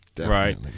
Right